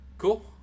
cool